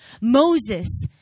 Moses